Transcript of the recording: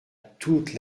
toute